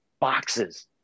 boxes